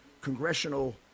congressional